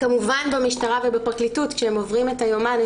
כמובן במשטרה ובפרקליטות כשהם עוברים היומן,